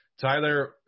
Tyler